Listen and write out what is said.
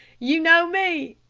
you know me?